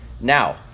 now